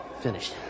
Finished